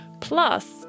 plus